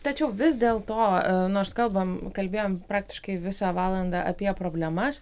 tačiau vis dėl to nors kalbam kalbėjom praktiškai visą valandą apie problemas